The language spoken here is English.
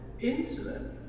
insulin